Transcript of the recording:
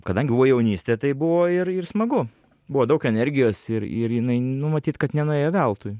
kadangi buvo jaunystė tai buvo ir ir smagu buvo daug energijos ir ir jinai nu matyt kad nenuėjo veltui